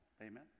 Amen